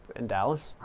in dallas?